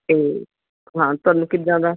ਅਤੇ ਹਾਂ ਤੁਹਾਨੂੰ ਕਿੱਦਾਂ ਦਾ